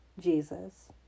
Jesus